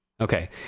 Okay